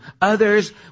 others